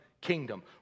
kingdom